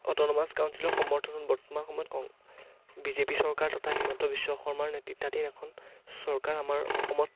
autonomous কাউঞ্চিলৰ সমৰ্থনত বৰ্তমান সময়ত বিজেপি চৰকাৰ তথা হিমন্ত বিশ্ব শৰ্মাৰ নেতৃত্বাধীন এখন চৰকাৰ আমাৰ অসমত